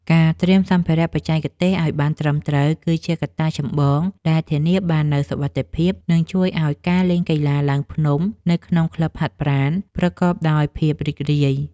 ការត្រៀមសម្ភារៈបច្ចេកទេសឱ្យបានត្រឹមត្រូវ គឺជាកត្តាចម្បងដែលធានាបាននូវសុវត្ថិភាព និងជួយឱ្យការលេងកីឡាឡើងភ្នំនៅក្នុងក្លឹបហាត់ប្រាណប្រកបដោយភាពរីករាយ។